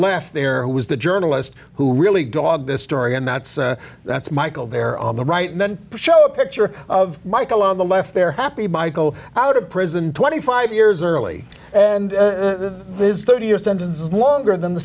left there was the journalist who really dogged this story and that's that's michael there on the right and then show a picture of michael on the left there happy michael out of prison twenty five years early and this thirty year sentence is longer than the